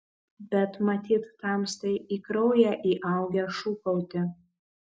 bet matyt tamstai į kraują įaugę šūkauti